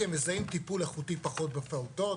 כי הם מזהים טיפול איכותי פחות בפעוטות.